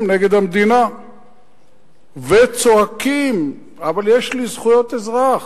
נגד המדינה וצועקים: יש לי זכויות אזרח.